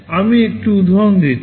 আমি একটি উদাহরণ দিচ্ছি